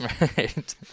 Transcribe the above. Right